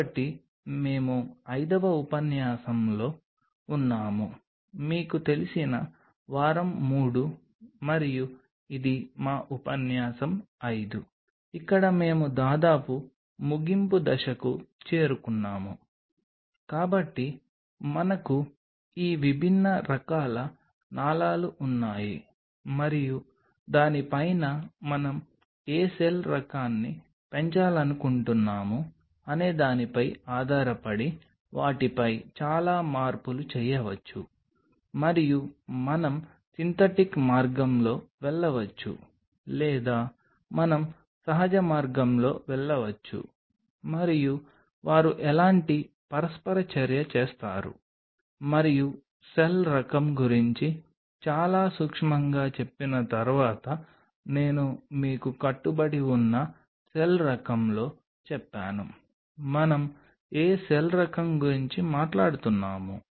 కాబట్టి మేము ఐదవ ఉపన్యాసంలో ఉన్నాము మీకు తెలిసిన వారం 3 మరియు ఇది మా ఉపన్యాసం 5 ఇక్కడ మేము దాదాపు ముగింపు దశకు చేరుకున్నాము కాబట్టి మనకు ఈ విభిన్న రకాల నాళాలు ఉన్నాయి మరియు దాని పైన మనం ఏ సెల్ రకాన్ని పెంచాలనుకుంటున్నాము అనేదానిపై ఆధారపడి వాటిపై చాలా మార్పులు చేయవచ్చు మరియు మనం సింథటిక్ మార్గంలో వెళ్ళవచ్చు లేదా మనం సహజ మార్గంలో వెళ్ళవచ్చు మరియు వారు ఎలాంటి పరస్పర చర్య చేస్తారు మరియు సెల్ రకం గురించి చాలా సూక్ష్మంగా చెప్పిన తర్వాత నేను మీకు కట్టుబడి ఉన్న సెల్ రకంలో చెప్పాను మనం ఏ సెల్ రకం గురించి మాట్లాడుతున్నాము